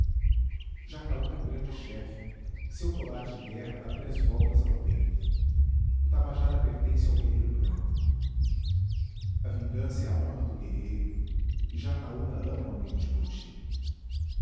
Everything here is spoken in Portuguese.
jacaúna é um grande chefe seu colar de guerra dá três voltas ao peito o tabajara pertence ao guerreiro branco a vingança é a honra do guerreiro e jacaúna ama o amigo de poti